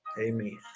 Amen